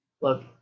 Look